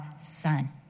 son